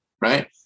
right